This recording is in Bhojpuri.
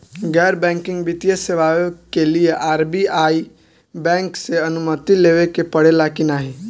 गैर बैंकिंग वित्तीय सेवाएं के लिए आर.बी.आई बैंक से अनुमती लेवे के पड़े ला की नाहीं?